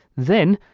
then,